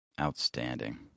Outstanding